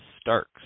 Starks